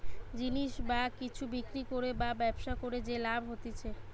জিনিস বা কিছু বিক্রি করে বা ব্যবসা করে যে লাভ হতিছে